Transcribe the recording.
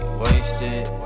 wasted